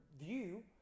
view